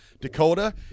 dakota